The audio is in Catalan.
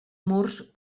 murs